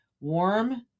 warm